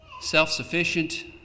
self-sufficient